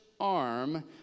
arm